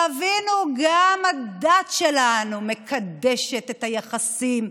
תבינו, גם הדת שלנו מקדשת את היחסים,